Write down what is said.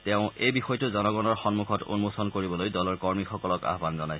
তেওঁ এই বিষয়টো জনগণৰ সন্মুখত উন্মোচন কৰিবলৈ দলৰ কৰ্মীসকলক আহান জনায়